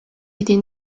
était